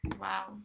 Wow